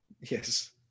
Yes